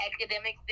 academic